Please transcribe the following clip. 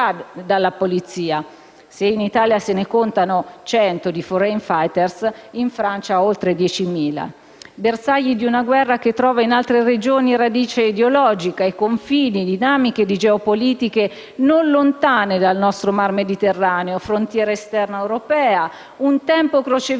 dalla polizia. Se in Italia si contano 100 *foreign fighters*, in Francia sono oltre 10.000, bersagli di una guerra che trova in altre regioni radice ideologica, e confini, dinamiche di geopolitiche non lontane dal nostro Mar Mediterraneo, frontiera esterna europea, un tempo crocevia